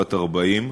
בת 40,